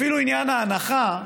אפילו עניין ההנחה,